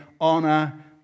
honor